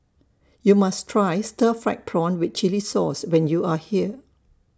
YOU must Try Stir Fried Prawn with Chili Sauce when YOU Are here